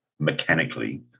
mechanically